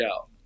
out